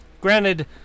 Granted